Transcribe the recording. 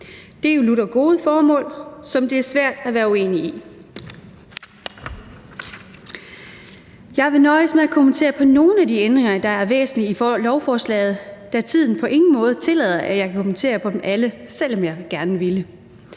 Det er jo lutter gode formål, som det er svært at være uenig i. Jeg vil nøjes med at kommentere nogle af de ændringer, der er væsentlige i lovforslaget, da tiden på ingen måde tillader, at jeg kan kommentere dem alle, selv om jeg gerne ville.